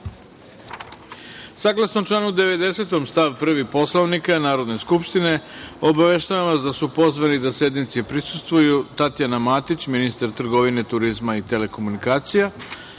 sednice. Saglasno članu 90. stav 1. Poslovnika Narodne skupštine, obaveštavam vas da su pozvani da sednici prisustvuju: Tatjana Matić, ministar trgovine, turizma i telekomunikacija,